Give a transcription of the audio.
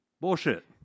Bullshit